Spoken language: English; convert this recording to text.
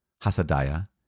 Hasadiah